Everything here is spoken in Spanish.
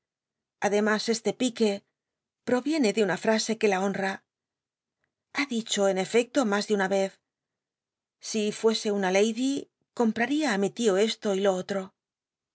ademas este pique proviene de una fmse que la homa ha dicho en efecto mas de unavez si fuese una lady compraría i mi lio esto y lo otro